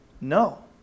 No